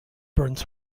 burns